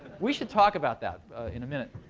we should talk about that in a minute.